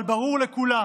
אבל ברור לכולם